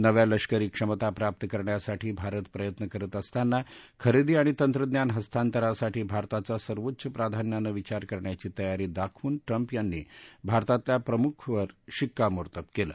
नव्या लष्करी क्षमता प्राप्त करण्यासाठी भारत प्रयत्न करत असताना खरेदी आणि तंत्रज्ञान हस्तांतरासाठी भारताचा सर्वोच्च प्राधान्यानं विचार करायची तयारी दाखवून ट्रम्प यांनी भारतातल्या प्रमुख शिक्कामोर्तब केलं